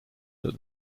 that